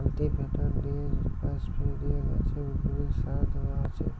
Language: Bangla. কাল্টিভেটর দিয়ে বা স্প্রে দিয়ে গাছে, উদ্ভিদে সার দেয়া হসে